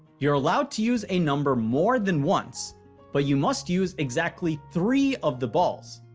you're allowed to use a number more than once but you must use exactly three of the balls.